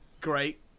great